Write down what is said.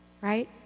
right